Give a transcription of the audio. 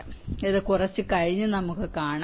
അതിനാൽ ഇത് കുറച്ച് കഴിഞ്ഞ് നമുക്ക് കാണാം